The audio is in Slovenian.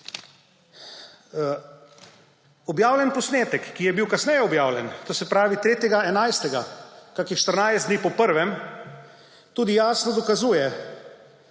Objavljen posnetek, ki je bil kasneje objavljen, to se pravi 3. 11., kakih 14 dni po prvem, tudi jasno dokazuje,